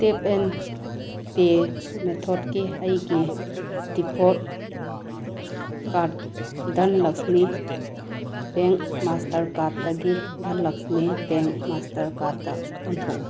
tap and pay ꯃꯦꯊꯠꯀꯤ ꯑꯩꯒꯤ default card Dhanlaxmi bank master ꯀꯥꯔ꯭ꯗꯇꯒꯤ ꯗꯟ ꯂꯛꯁꯃꯤ ꯕꯦꯡ ꯃꯥꯁꯇꯔ ꯀꯥꯔꯗꯇ ꯑꯣꯟꯊꯣꯛꯎ